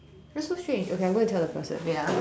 that's so strange okay I'm going to tell the person wait ah